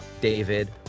David